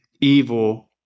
evil